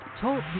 Talk